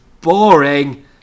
boring